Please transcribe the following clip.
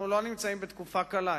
אנחנו לא נמצאים בתקופה קלה.